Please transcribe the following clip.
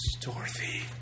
Dorothy